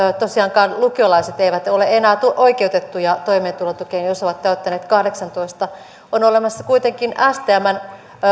tosiaankaan lukiolaiset eivät ole enää oikeutettuja toimeentulotukeen jos ovat täyttäneet kahdeksantoista on olemassa kuitenkin stmn